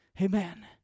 Amen